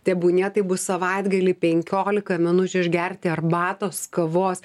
tebūnie tai bus savaitgalį penkiolika minučių išgerti arbatos kavos